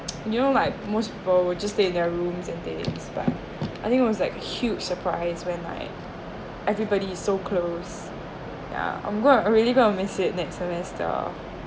you know like most people would just stay their rooms and things but I think it was like a huge surprise when like everybody is so close yeah I'm gonna really going to miss it next semester